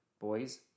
boys